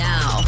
Now